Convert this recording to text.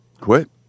quit